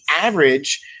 average